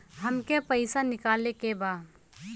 हमके पैसा निकाले के बा